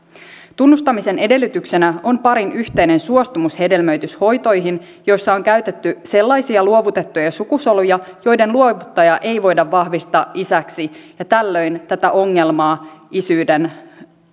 tunnustamisen edellytyksenä on parin yhteinen suostumus hedelmöityshoitoihin joissa on käytetty sellaisia luovutettuja sukusoluja joiden luovuttajaa ei voida vahvistaa isäksi ja tällöin tätä ongelmaa isyyden